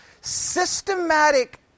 Systematic